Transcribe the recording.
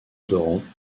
odorantes